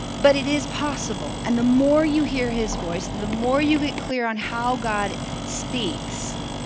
but it is possible and the more you hear his voice, the more you get clear on how god speaks,